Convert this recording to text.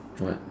what